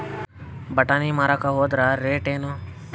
ಬಟಾನಿ ಮಾರಾಕ್ ಹೋದರ ರೇಟೇನು?